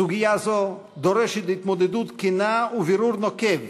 סוגיה זו דורשת התמודדות כנה ובירור נוקב,